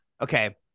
okay